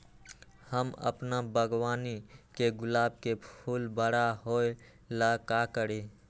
हम अपना बागवानी के गुलाब के फूल बारा होय ला का करी?